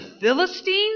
Philistines